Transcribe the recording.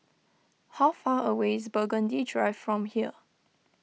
how far away is Burgundy Drive from here